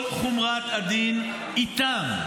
-- ונמצה את כל חומרת הדין איתם.